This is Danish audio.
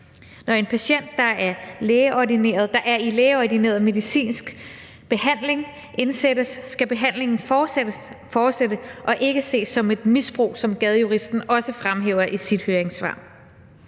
Når en patient, der er i lægeordineret medicinsk behandling, indsættes, skal behandlingen fortsætte og ikke ses som et misbrug, som Gadejuristen også fremhæver i sit høringssvar.